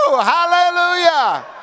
Hallelujah